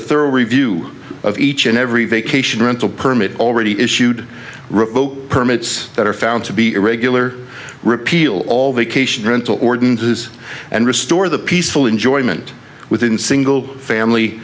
a thorough review of each and every vacation rental permit already issued revoke permits that are found to be irregular repeal all vacation rental ordinances and restore the peaceful enjoyment within single family